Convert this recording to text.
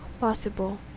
possible